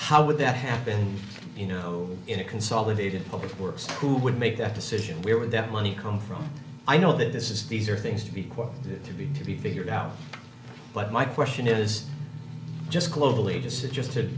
how would that happen you know in a consolidated public works who would make that decision where would that money come from i know that this is these are things to be quote to be to be figured out but my question is just globally just suggested